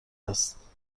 است